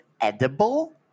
edible